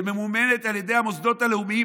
שממומנת על ידי המוסדות הלאומיים,